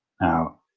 now